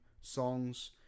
songs